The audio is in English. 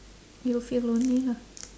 you'll feel lonely lah